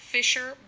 Fisher